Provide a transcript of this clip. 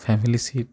family seat